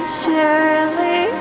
surely